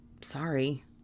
sorry